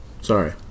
Sorry